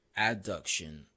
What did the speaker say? adduction